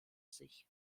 sich